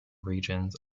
regions